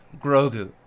grogu